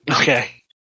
Okay